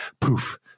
poof